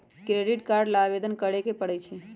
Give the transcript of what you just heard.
credit card ला आवेदन करे के परई छई